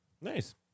Nice